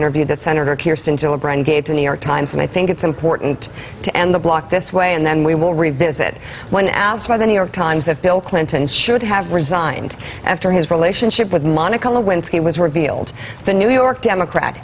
gave to new york times and i think it's important to end the block this way and then we will revisit when asked by the new york times that bill clinton should have resigned after his relationship with monica lewinsky was revealed the new york democrat